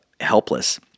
helpless